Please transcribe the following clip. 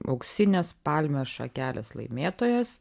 auksinės palmės šakelės laimėtojas